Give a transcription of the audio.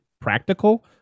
practical